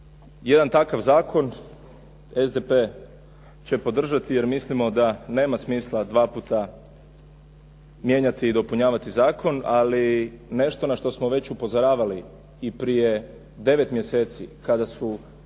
Jedan takav zakon SDP će podržati, jer mislimo da nema smisla dva puta mijenjati i dopunjavati zakon, ali nešto na što smo već upozoravali i prije 9 mjeseci kada su